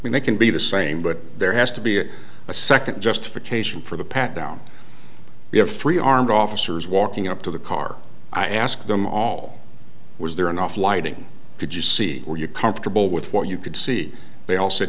when they can be the same but there has to be a second justification for the pat down we have three armed officers walking up to the car i ask them all was there enough lighting did you see were you comfortable with what you could see they all said